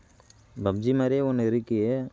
PUBG மாதிரியே ஒன்னு இருக்குது